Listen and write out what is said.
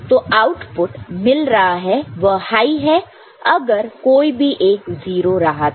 तो आउटपुट मिल रहा है वह हाई है अगर कोई भी एक 0 रहा तो